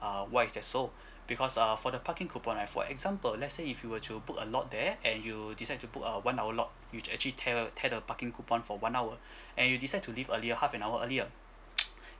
uh why is that so because uh for the parking coupon right for example let's say if you were to book a lot there and you decide to book a one hour lot you actually tear tear the parking coupon for one hour and you decide to leave earlier half an hour earlier